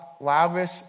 lavish